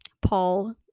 Paul –